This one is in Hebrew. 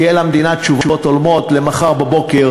כי אין למדינה תשובות הולמות למחר בבוקר.